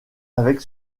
avec